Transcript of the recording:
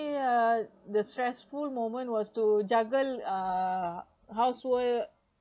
the stressful moment was to juggle uh household